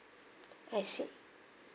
I see